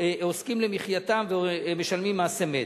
עוסקים למחייתם ומשלמים מס אמת.